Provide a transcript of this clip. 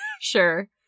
sure